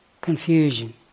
confusion